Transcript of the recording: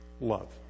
love